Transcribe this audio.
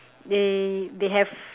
they they have